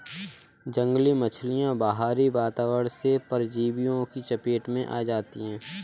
जंगली मछलियाँ बाहरी वातावरण से परजीवियों की चपेट में आ जाती हैं